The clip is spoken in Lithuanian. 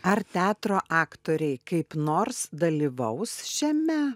ar teatro aktoriai kaip nors dalyvaus šiame